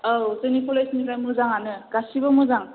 औ जोंनि कलेजनिफ्राय मोजाङानो गासिबो मोजां